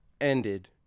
ended